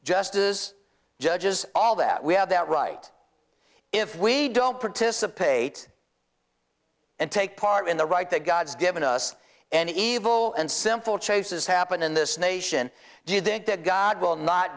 just is judges all that we have that right if we don't participate and take part in the right that god's given us and evil and sinful chases happen in this nation do you think that god will not